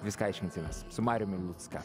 viską aiškinsimės su mariumi lucka